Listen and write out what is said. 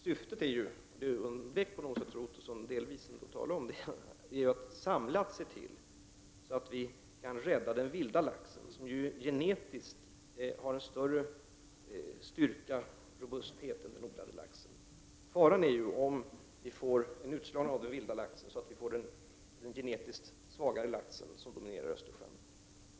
Syftet är ju — Roy Ottosson undvek delvis att tala om detta — att samlat se till att vi kan rädda den vilda laxen som ju genetiskt har en större styrka och robusthet än den odlade laxen. Blir den vilda laxen utslagen, är faran att den genetiskt svagare laxen blir dominerande.